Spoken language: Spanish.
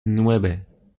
nueve